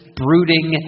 brooding